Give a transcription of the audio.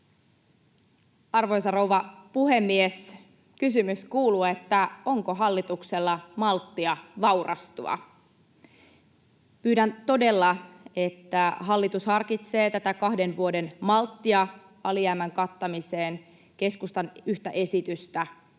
Arvoisa rouva puhemies! Kysymys kuuluu: onko hallituksella malttia vaurastua? Pyydän todella, että hallitus harkitsee tätä kahden vuoden malttia alijäämän kattamiseen, keskustan yhtä esitystä